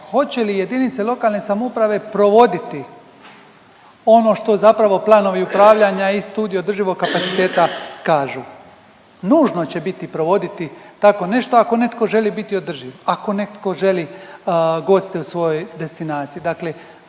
hoće li jedinice lokalne samouprave provoditi ono što zapravo planovi upravljanja i studije održivog kapaciteta kažu. Nužno će biti provoditi tako nešto ako netko želi biti održiv, ako netko želi goste u svojoj destinaciji.